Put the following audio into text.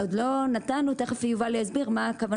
עוד לא נתנו, תכף יובל יסביר מה הכוונה.